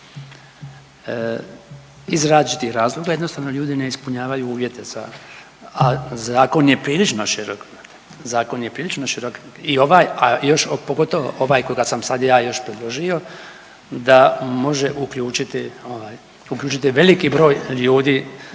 iz različitih razloga, jednostavno ljudi ne ispunjavaju uvjete za, a zakon je prilično širok. Zakon je prilično širok i ovaj, a još pogotovo ovaj koga sam sad ja još predložio da može uključiti ovaj uključiti